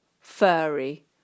furry